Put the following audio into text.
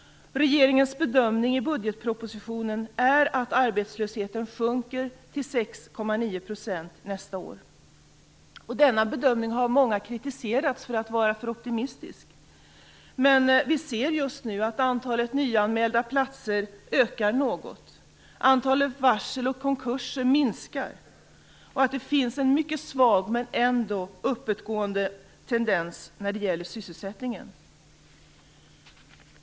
Regeringens bedömning i budgetpropositionen är att arbetslösheten sjunker till 6,9 % nästa år. Denna bedömning har av många kritiserats för att vara för optimistisk. Men vi ser just nu att antalet nyanmälda platser ökar något. Antalet varsel och konkurser minskar. Det finns en mycket svag, men ändock, uppåtgående tendens när det gäller sysselsättningen.